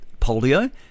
polio